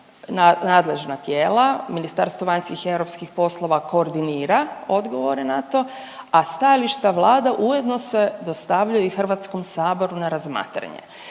nadležna tijela, Ministarstvo vanjskih i europskih poslova koordinira odgovore na to, a stajališta Vlada ujedno se dostavljaju i HS na razmatranje